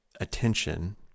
attention